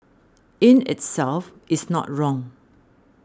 in itself is not wrong